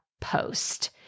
post